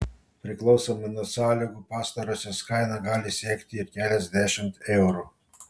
priklausomai nuo sąlygų pastarosios kaina gali siekti ir keliasdešimt eurų